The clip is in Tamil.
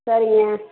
சரிங்க